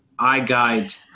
iGUIDE